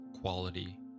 quality